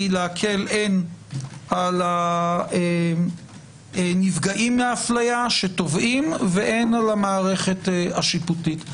להקל הן על הנפגעים מאפליה שתובעים והן על המערכת השיפוטית.